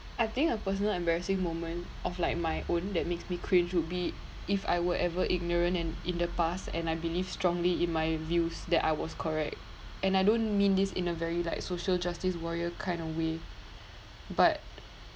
I think a personal embarrassing moment of like my own that makes me cringe would be if I would ever ignorant and in the past and I believe strongly in my views that I was correct and I don't mean this in a very like social justice warrior kind of way but